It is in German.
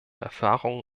erfahrungen